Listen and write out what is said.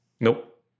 Nope